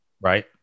Right